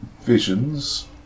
visions